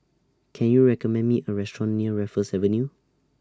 Can YOU recommend Me A Restaurant near Raffles Avenue